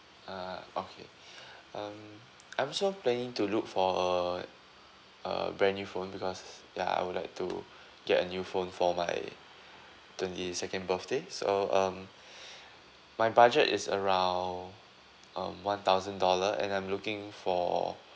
ah okay um I'm also planning to look for a a brand new phone because ya I would like to get a new phone for my twenty second birthday so um my budget is around um one thousand dollar and I'm looking for